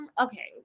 Okay